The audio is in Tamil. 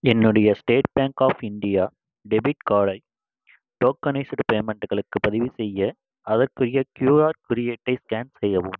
என்னுடைய State Bank of India debit கார்டை டோகனைஸ்டு பேமெண்ட்களுக்கு பதிவுசெய்ய அதற்குரிய க்யூஆர் குறியீட்டை ஸ்கேன் செய்யவும்